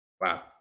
Wow